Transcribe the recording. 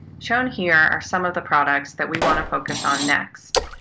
shown here are some of the products that we want to focus on next,